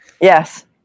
Yes